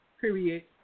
period